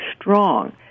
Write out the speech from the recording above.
strong